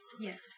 Yes